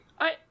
I-